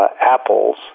Apple's